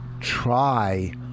Try